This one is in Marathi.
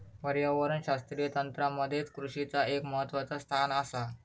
पर्यावरणशास्त्रीय तंत्रामध्ये कृषीचा एक महत्वाचा स्थान आसा